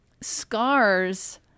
scars